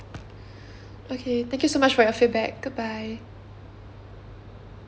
okay thank you so much for your feedback goodbye